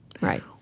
Right